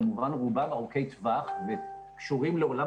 כמובן רובם ארוכי טווח וקשורים לעולם